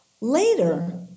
later